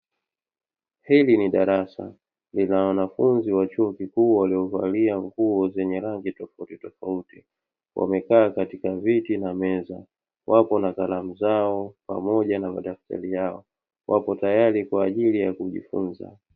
Hili ni darasa linawanafunzi wa chuo kikuu, waliovalia nguo zenye rangi tofautitofauti, wamekaa katika viti na meza wapo na kalamu zao, pamoja na madaftari yao wapo tayari kwa ajili ya kujifunza.